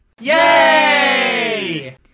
Yay